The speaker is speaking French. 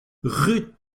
ruth